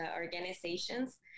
organizations